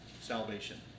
salvation